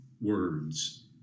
words